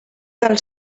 del